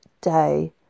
day